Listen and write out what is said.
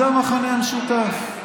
זה המכנה המשותף.